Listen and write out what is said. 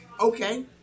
okay